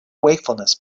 wakefulness